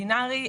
בינרי,